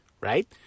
Right